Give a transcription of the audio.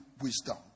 wisdom